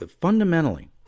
Fundamentally